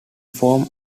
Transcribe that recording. form